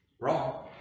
Wrong